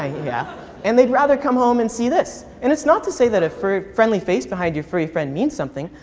ah yeah and they'd rather come home and see this. and it's not to say that a friendly face behind your furry friend means something.